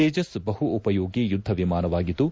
ತೇಜಸ್ ಬಹು ಉಪಯೋಗಿ ಯುದ್ದ ವಿಮಾನವಾಗಿದ್ದು